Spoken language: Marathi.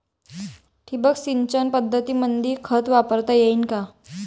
ठिबक सिंचन पद्धतीमंदी खत वापरता येईन का?